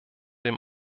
dem